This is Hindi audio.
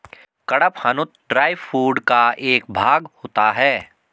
कड़पहनुत ड्राई फूड का एक भाग होता है